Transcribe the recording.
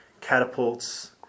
catapults